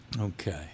Okay